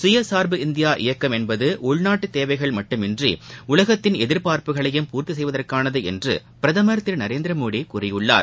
சுயசாா்பு இந்தியா இயக்கம் என்பது உள்நாட்டு தேவைகள் மட்டுமன்றி உலகத்தின் எதிா்பாா்ப்புகளையும் பூர்த்தி செய்வதற்கானது என்று பிரதமர் திரு நரேந்திரமோடி கூறியுள்ளார்